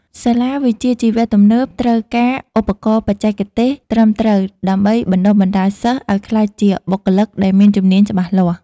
សាលាវិជ្ជាជីវៈទំនើបត្រូវការឧបករណ៍បច្ចេកទេសត្រឹមត្រូវដើម្បីបណ្តុះបណ្តាលសិស្សឱ្យក្លាយជាបុគ្គលិកដែលមានជំនាញច្បាស់លាស់។